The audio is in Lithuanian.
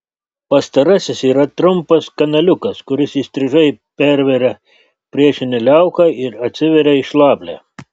pastarasis yra trumpas kanaliukas kuris įstrižai perveria priešinę liauką ir atsiveria į šlaplę